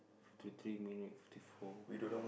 fifty three minute fifty four